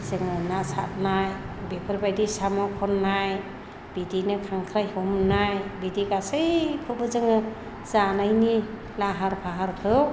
जोङो ना सारनाय बेफोरबायदि साम' खननाय बिदिनो खांख्राइ हमनाय बिदि गासैखौबो जोङो जानायनि लाहार फाहारखौ